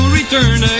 return